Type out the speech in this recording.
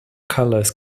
colours